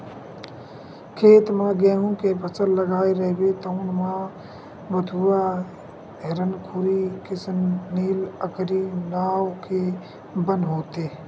खेत म गहूँ के फसल लगाए रहिबे तउन म भथुवा, हिरनखुरी, किसननील, अकरी नांव के बन होथे